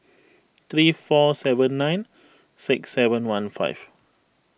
three four seven nine six seven one five